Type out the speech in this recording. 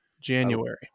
january